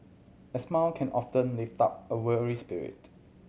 a smile can often lift up a weary spirit